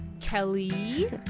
kelly